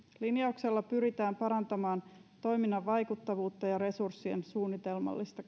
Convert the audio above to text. linjauksella pyritään parantamaan toiminnan vaikuttavuutta ja resurssien suunnitelmallista